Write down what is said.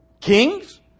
Kings